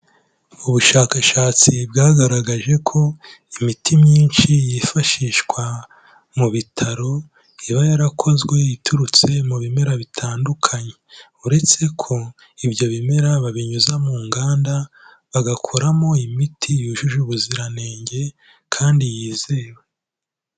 Ubushakashatsi bwagaragaje ko imiti myinshi yifashishwa mu bitaro iba yarakozwe iturutse mu bimera bitandukanye, uretse ko ibyo bimera babinyuza mu nganda bagakoramo imiti yujuje ubuziranenge kandi yizewe.